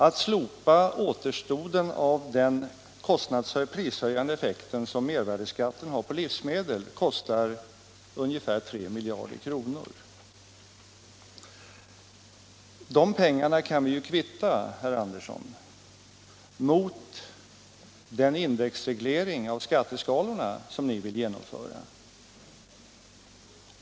Att slopa återstoden av den prishöjande effekt som mervärdeskatten har på livsmedel kostar ungefär 3 miljarder kronor. De pengarna kan vi kvitta, herr Andersson, mot den indexreglering av skatteskalorna som ni vill genomföra.